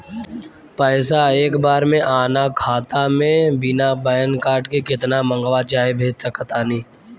पैसा एक बार मे आना खाता मे बिना पैन कार्ड के केतना मँगवा चाहे भेज सकत बानी?